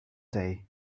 day